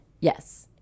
yes